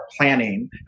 planning